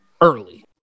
Early